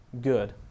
good